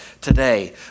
today